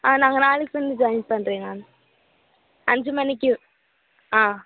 நாங்கள் நாளைக்கு வந்து ஜாயின் பண்ணுறேன் நான் அஞ்சு மணிக்கு ஆ